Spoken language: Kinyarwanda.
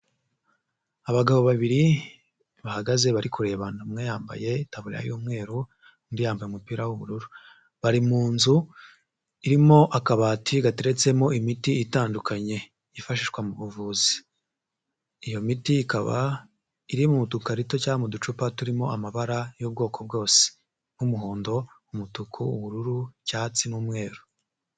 Abagabo babiri bahagaze bari kurebana, umwe yambaye itaburiya y'umweru undi yambaye umupira w'ubururu, bari mu nzu irimo akabati gateretsemo imiti itandukanye yifashishwa mu buvuzi, iyo miti ikaba iri mu dukarito cyangwa mu ducupa turimo amabara y'ubwoko bwose nk'umuhondo, umutuku, ubururu, icyatsi n'umweru.